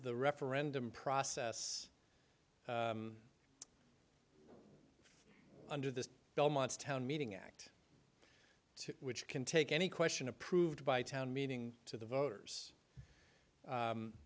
the referendum process under this belmont's town meeting act two which can take any question approved by town meeting to the voters